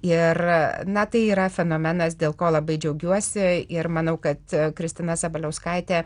ir na tai yra fenomenas dėl ko labai džiaugiuosi ir manau kad kristina sabaliauskaitė